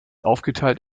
aufgeteilt